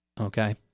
okay